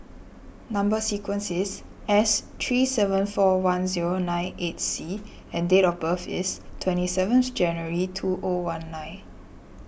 Number Sequence is S three seven four one zero nine eight C and date of birth is twenty seventh January two O one nine